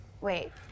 Wait